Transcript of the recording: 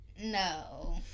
no